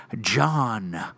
John